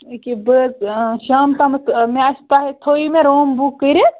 یِکیٛاہ بہٕ حظ آ شام تام مےٚ آسہِ تُہۍ تھاوِو مےٚ روٗم بُک کٔرِتھ